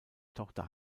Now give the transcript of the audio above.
tochter